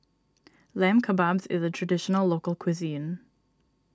Lamb Kebabs is a Traditional Local Cuisine